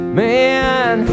man